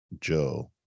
Joe